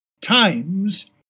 times